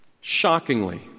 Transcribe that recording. shockingly